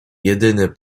jedyny